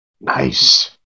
Nice